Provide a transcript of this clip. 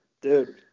Dude